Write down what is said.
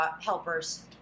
helpers